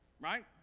right